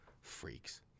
Freaks